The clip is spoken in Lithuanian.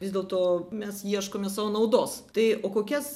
vis dėlto mes ieškome sau naudos tai o kokias